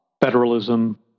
federalism